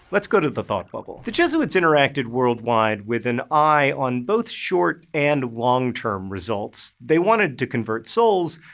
let's go to the thought bubble. the jesuits interacted worldwide with an eye on both short and long-term results they wanted to convert souls,